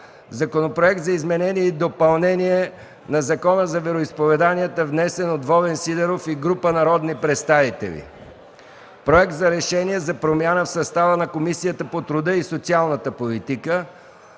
Законопроект за изменение и допълнение на Закона за вероизповеданията, внесен от Волен Сидеров и група народни представители; - Проект за решение за промяна в състава на Комисията по труда и социалната политика;